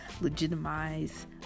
legitimize